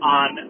on